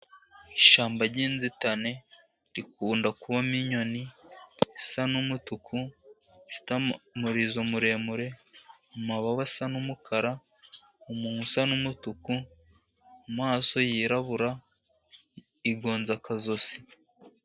Ishyamba ry'inzitane rikunda kubamo inyoni isa n'umutuku, ifite umurizo muremure, amababa asa n'umukara, umunwa usa n'umutuku, amaso yirabura, igonze akazosi.